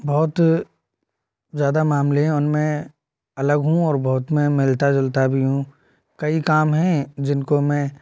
बहुत ज्यादा मामले में उनमें अलग हूँ और बहुत मैं मिलता जुलता भी हूँ कई काम हैं जिनको मैं